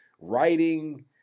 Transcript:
writing